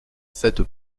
cette